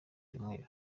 cyumweru